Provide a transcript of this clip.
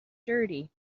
dirty